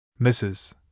Mrs